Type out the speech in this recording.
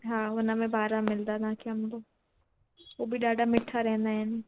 हा उन में ॿारहां मिलंदा तव्हांखे अंब हू बि ॾाढा मिठा रहंदा आहिनि